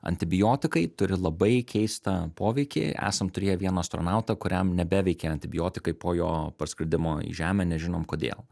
antibiotikai turi labai keistą poveikį esam turėję vieną astronautą kuriam nebeveikia antibiotikai po jo parskridimo į žemę nežinom kodėl